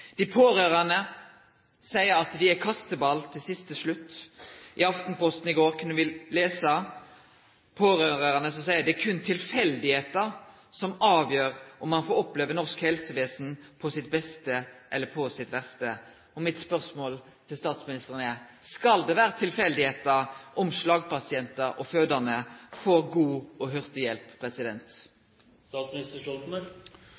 Dei pårørande seier at dei er kasteballar til siste slutt. I Aftenposten i går kunne me lese om pårørande som seier at det berre er tilfeldig om ein får oppleve norsk helsevesen på sitt beste eller på sitt verste. Mitt spørsmål til statsministeren er: Skal det vere tilfeldig om slagpasientar og fødande får god og hurtig hjelp?